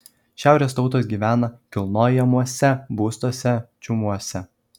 šiaurės tautos gyvena kilnojamuose būstuose čiumuose